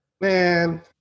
Man